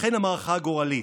"לכן המערכה הגורלית.